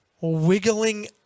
wiggling